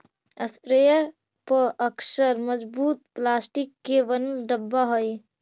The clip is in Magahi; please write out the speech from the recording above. स्प्रेयर पअक्सर मजबूत प्लास्टिक के बनल डब्बा हई